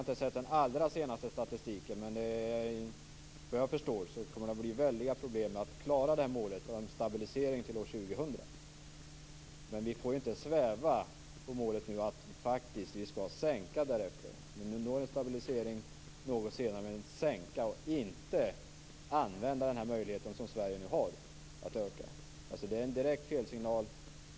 Jag har inte sett den allra senaste statistiken, men vad jag förstår kommer det att bli väldiga problem med att klara målet om en stabilisering till år 2000. Och vi får inte sväva på målet att vi faktiskt skall sänka därefter. Vi kanske når en stabilisering något senare, men vi skall sänka utsläppen och inte använda den möjlighet som Sverige nu har att öka dem. Det är en direkt fel signal.